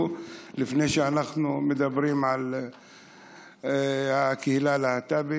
לפני שאנחנו מדברים על הקהילה הלהט"בית.